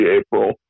April